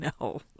no